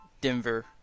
Denver